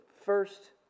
first